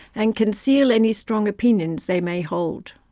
and conceal any strong opinions they may hold.